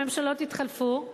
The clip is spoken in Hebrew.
הממשלות התחלפו,